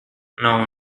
know